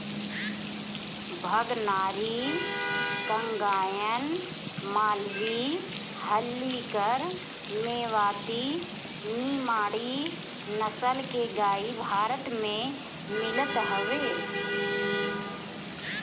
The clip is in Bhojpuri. भगनारी, कंगायम, मालवी, हल्लीकर, मेवाती, निमाड़ी नसल के गाई भारत में मिलत हवे